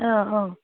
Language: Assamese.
অঁ অঁ